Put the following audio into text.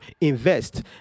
invest